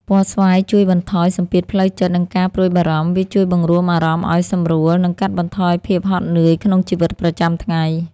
ពណ៌ស្វាយជួយបន្ថយសម្ពាធផ្លូវចិត្ត និងការព្រួយបារម្ភ។ វាជួយបង្រួមអារម្មណ៍ឲ្យសម្រួល និងកាត់បន្ថយភាពហត់នឿយក្នុងជីវិតប្រចាំថ្ងៃ។